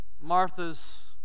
Martha's